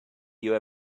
you